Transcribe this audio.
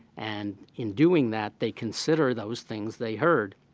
and in doing that, they consider those things they heard,